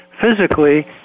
physically